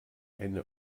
eine